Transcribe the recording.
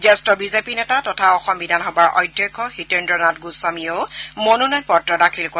জ্যেষ্ঠ বিজেপি নেতা তথা অসম বিধানসভাৰ অধ্যক্ষ হিতেস্ৰনাথ গোস্বামীয়েও মনোনয়ন পত্ৰ দাখিল কৰে